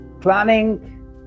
planning